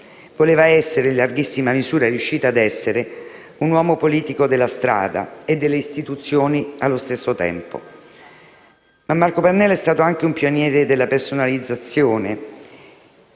Voleva essere, e in larghissima misura è riuscito ad essere, un uomo politico della strada e delle istituzioni allo stesso tempo. Marco Pannella è stato anche un pioniere della personalizzazione